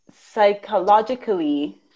psychologically